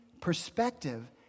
perspective